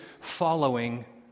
following